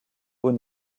haut